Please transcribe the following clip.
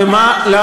מהו